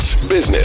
business